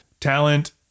talent